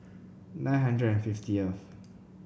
nine hundred and fifty